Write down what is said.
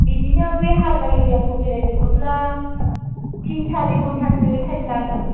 बिदिनो बे हाग्रा एरियाखौ बेरायजोबोब्ला टिन सारि घन्टासो टाइम लागोन